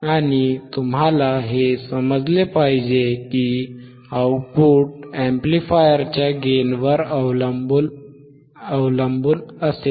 आणि तुम्हाला हे समजले पाहिजे की आउटपुट अॅम्प्लीफायरच्या गेनवर अवलंबून असेल